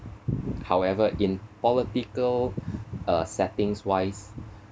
however in political uh settings wise